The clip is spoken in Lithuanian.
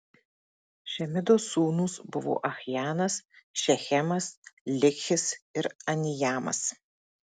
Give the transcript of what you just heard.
šemidos sūnūs buvo achjanas šechemas likhis ir aniamas